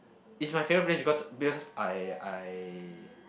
is my favourite place because because I I